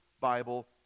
Bible